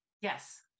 Yes